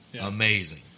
Amazing